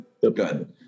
Good